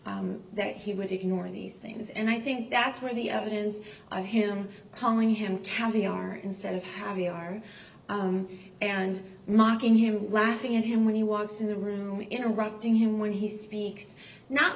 african that he would ignore these things and i think that's where the evidence i him calling him caviar instead of having r and mocking him laughing at him when he walks in the room interrupting him when he speaks not